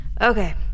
Okay